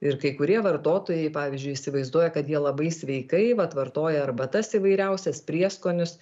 ir kai kurie vartotojai pavyzdžiui įsivaizduoja kad jie labai sveikai vat vartoja arbatas įvairiausias prieskonius